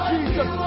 Jesus